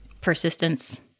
persistence